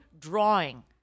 drawing